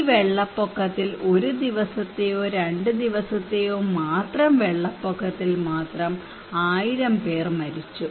ഈ വെള്ളപ്പൊക്കത്തിൽ ഒരു ദിവസത്തെയോ 2 ദിവസത്തെയോ മാത്രം വെള്ളപ്പൊക്കത്തിൽ മാത്രം 1000 പേർ മരിച്ചു